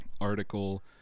article